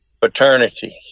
paternity